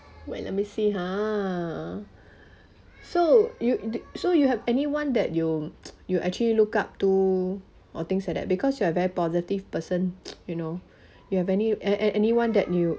wait let me see ha so you so you have anyone that you you actually look up to or things like that because you are very positive person you know you have any a~ anyone that you